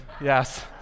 yes